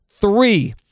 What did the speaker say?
Three